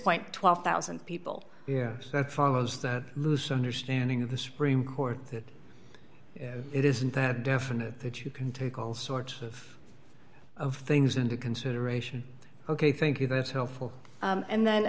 point twelve thousand people that follows that loose understanding of the supreme court that it isn't that definite that you can take all sorts of of things into consideration ok thank you that's helpful and then